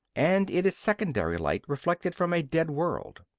and it is secondary light, reflected from a dead world.